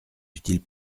utile